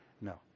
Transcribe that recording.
No